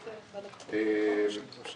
אני לא חשוד בזה שיש לי איזה אינטרס שם.